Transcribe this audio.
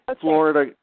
Florida